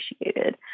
appreciated